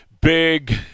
Big